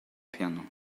piano